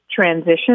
transition